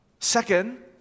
Second